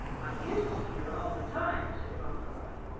i used to see her all the time, said fauntleroy.